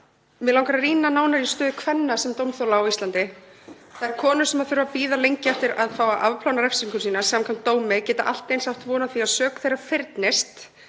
Mig langar að rýna nánar í stöðu kvenna sem dómþola á Íslandi. Þær konur sem þurfa að bíða lengi eftir að fá að afplána refsingu sína samkvæmt dómi geta allt eins átt von á því að sök þeirra fyrnist